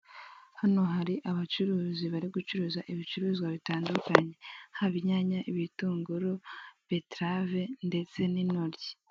Hano hari abacuruzi bari gucuruza ibicuruzwa bitandukanye haba inyanya, ibitunguru, beterave ndetse n'intoryi.